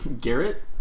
Garrett